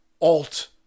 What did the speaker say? alt